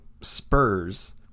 Spurs